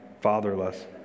Fatherless